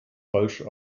falsch